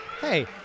Hey